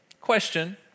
Question